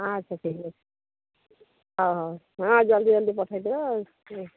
ଆଚ୍ଛା ଠିକ୍ ଅଛି ହଉ ହଉ ହଁ ଜଲଦି ଜଲଦି ପଠାଇ ଦେବା ଆଉ